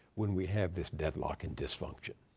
when we have this deadlock and dysfunction?